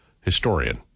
historian